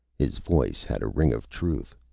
his voice had a ring of truth.